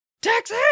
taxi